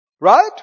Right